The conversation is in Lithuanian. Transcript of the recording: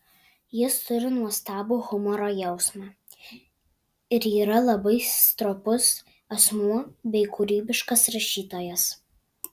jis turi nuostabų humoro jausmą ir yra labai stropus asmuo bei kūrybiškas rašytojas